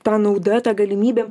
ta nauda ta galimybėm